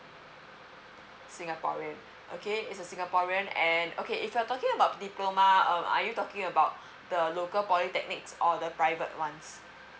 singaporean okay is a singaporean and okay if you're talking about diploma um are you talking about the local polytechnics or the private ones